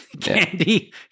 candy